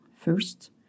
First